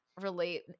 relate